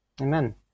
Amen